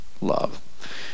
love